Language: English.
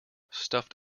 stuffed